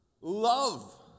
love